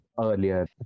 earlier